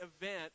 event